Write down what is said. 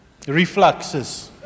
...refluxes